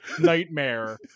nightmare